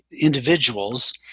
individuals